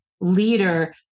leader